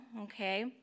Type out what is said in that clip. okay